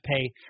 pay